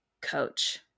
coach